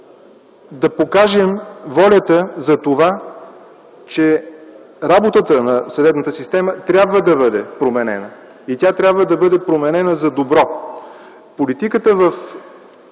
Да покажем воля за това, че работата на съдебната система трябва да бъде променена, и тя трябва да бъде променена за добро. Политиката в